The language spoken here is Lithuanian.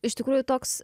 iš tikrųjų toks